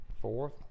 fourth